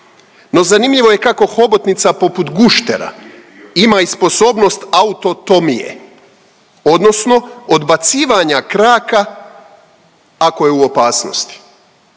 No zanimljivo je kako hobotnica poput guštera ima i sposobnost autotomije, odnosno odbacivanja kraka ako je u opasnosti.